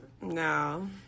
no